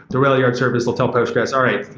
the railyard service will tell postgres, all right.